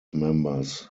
members